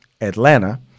Atlanta